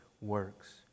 works